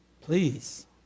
Please